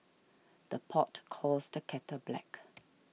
the pot calls the kettle black